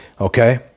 okay